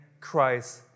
Christ